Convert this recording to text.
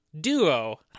Duo